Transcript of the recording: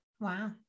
Wow